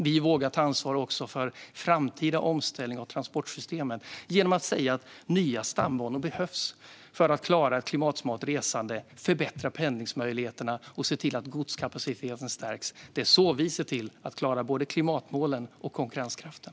Vi vågar ta ansvar också för framtida omställning av transportsystemet genom att säga att nya stambanor behövs för att klara ett klimatsmart resande, förbättra pendlingsmöjligheterna och stärka godskapaciteten. Det är så vi ser till att klara både klimatmålen och konkurrenskraften.